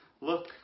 Look